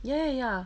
ya ya ya